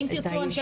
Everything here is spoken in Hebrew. אם תרצו,